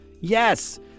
Yes